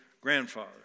grandfather